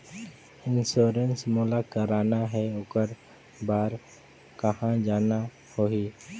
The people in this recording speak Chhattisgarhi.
इंश्योरेंस मोला कराना हे ओकर बार कहा जाना होही?